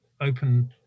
open